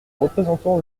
représentant